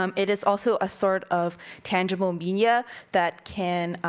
um it is also a sort of tangible media that can